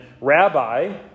Rabbi